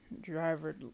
driver